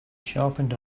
sharpened